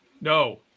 No